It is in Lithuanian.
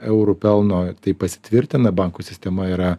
eurų pelno tai pasitvirtina bankų sistema yra